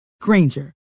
Granger